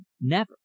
never